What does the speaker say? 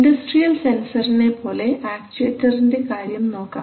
industrial സെൻസർനെപ്പോലെ ആക്ച്ചുവെറ്റർൻറെ കാര്യം നോക്കാം